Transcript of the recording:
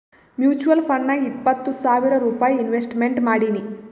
mutual ಫಂಡ್ನಾಗ್ ಇಪ್ಪತ್ತು ಸಾವಿರ್ ರೂಪೈ ಇನ್ವೆಸ್ಟ್ಮೆಂಟ್ ಮಾಡೀನಿ